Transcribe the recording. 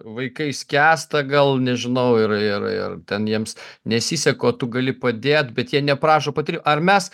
vaikai skęsta gal nežinau ir ir ir ten jiems nesiseka o tu gali padėt bet jie neprašo patarimo ar mes